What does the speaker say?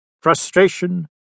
Frustration